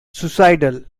suicidal